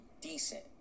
decent